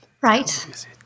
Right